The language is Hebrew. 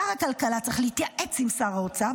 שר הכלכלה צריך להתייעץ עם שר האוצר,